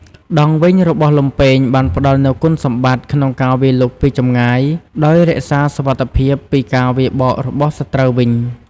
ដងវែងរបស់លំពែងបានផ្ដល់នូវគុណសម្បត្តិក្នុងការវាយលុកពីចម្ងាយ ដោយរក្សាសុវត្ថិភាពពីការវាយបករបស់សត្រូវវិញ។